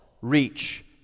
reach